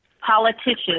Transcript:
politicians